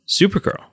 Supergirl